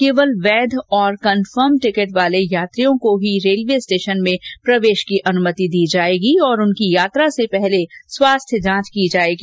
केवल वैध और कंफर्म टिकिट वाले यात्रियों को ही रेलवे स्टेशन में प्रवेश की अनुमति दी जाएगी और उनकी यात्रा से पहले स्वास्थ्य जांच की जाएगी